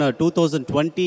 2020